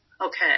Okay